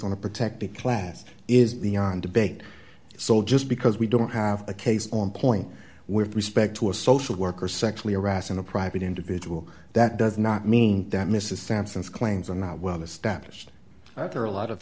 on a protected class is beyond debate so just because we don't have a case on point with respect to a social worker sexually harassing a private individual that does not mean that mrs sampson's claims are not well established that there are a lot of